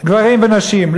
גברים ונשים.